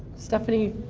stephanie?